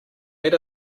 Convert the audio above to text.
let